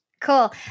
Cool